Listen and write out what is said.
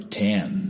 ten